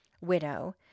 widow